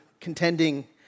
contending